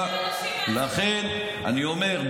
לכן אני אומר,